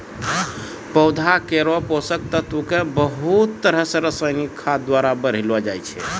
पौधा केरो पोषक तत्व क बहुत तरह सें रासायनिक खाद द्वारा बढ़ैलो जाय छै